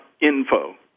info